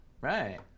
Right